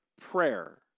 prayer